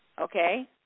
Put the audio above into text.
okay